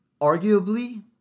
arguably